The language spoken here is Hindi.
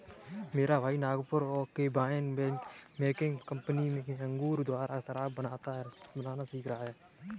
मेरा भाई नागपुर के वाइन मेकिंग कंपनी में अंगूर द्वारा शराब बनाना सीख रहा है